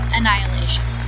Annihilation